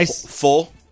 full